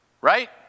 right